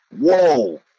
whoa